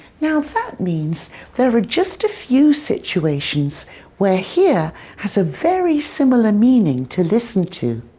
now that means there are just a few situations where hear has a very similar meaning to listen to.